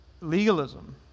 legalism